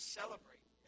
celebrate